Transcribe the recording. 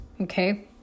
Okay